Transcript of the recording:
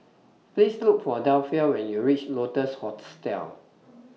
Please Look For Delphia when YOU REACH Lotus Hostel